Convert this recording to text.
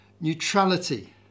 neutrality